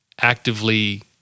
actively